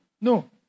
No